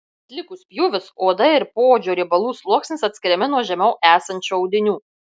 atlikus pjūvius oda ir poodžio riebalų sluoksnis atskiriami nuo žemiau esančių audinių